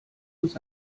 uns